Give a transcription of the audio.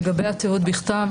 לגבי התיעוד בכתב,